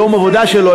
ליום עבודה שלו,